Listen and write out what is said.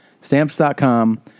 Stamps.com